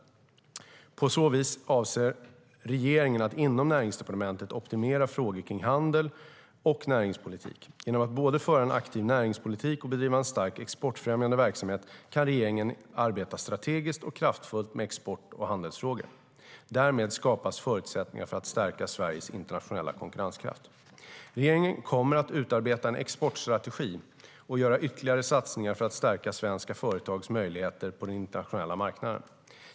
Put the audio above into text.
På så vis avser regeringen att inom Näringsdepartementet optimera frågor kring handels och näringspolitik. Genom att både föra en aktiv näringspolitik och bedriva en stark exportfrämjande verksamhet kan regeringen arbeta strategiskt och kraftfullt med export och handelsfrågor. Därmed skapas förutsättningar för att stärka Sveriges internationella konkurrenskraft. Regeringen kommer att utarbeta en exportstrategi och göra ytterligare satsningar för att stärka svenska företags möjligheter på den internationella marknaden.